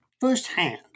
firsthand